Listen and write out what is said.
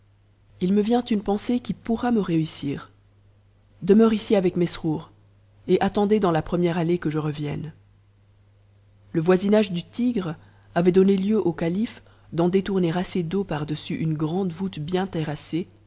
i me vient une pensée qui pourra me réussir demeure ici avec mesrour et atten ez dans la première allée que je revienne le voisinage du tigre avait donné lieu au calife d'en détourner assez c u par-dessous une grande voûte bien terrassée